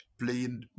playing